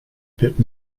bit